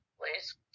please